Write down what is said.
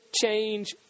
change